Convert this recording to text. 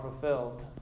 fulfilled